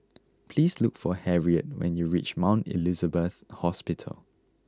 please look for Harriett when you reach Mount Elizabeth Hospital